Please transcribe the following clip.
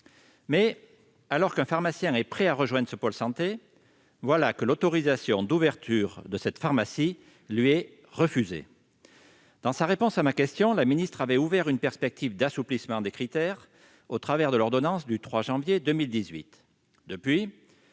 Mais, alors qu'un pharmacien est prêt à rejoindre ce pôle santé, l'autorisation d'ouverture d'une officine lui a été refusée. Dans sa réponse à ma question, la ministre avait ouvert une perspective d'assouplissement des critères, au travers de l'ordonnance du 3 janvier 2018.